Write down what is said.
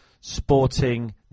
sporting